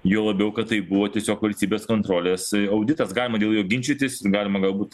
juo labiau kad tai buvo tiesiog valstybės kontrolės auditas galima dėl jo ginčytis galima galbūt